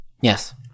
Yes